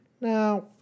Now